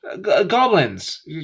goblins